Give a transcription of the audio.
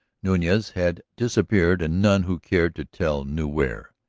nunez had disappeared and none who cared to tell knew where.